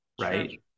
right